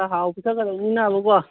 ꯈꯔ ꯍꯥꯎꯅ ꯄꯤꯊꯛꯀꯗꯧꯅꯤꯅꯕꯀꯣ